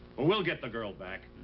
we'll get the girl back.